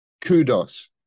kudos